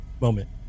moment